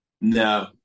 No